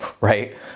right